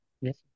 Yes